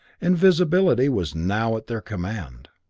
invisibility was now at their command.